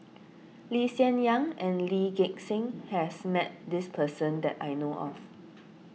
Lee Hsien Yang and Lee Gek Seng has met this person that I know of